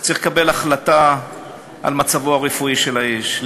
הוא צריך לקבל החלטה על מצבו הרפואי של האיש,